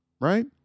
Right